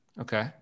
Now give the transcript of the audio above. Okay